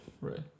Right